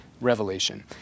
revelation